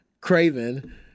Craven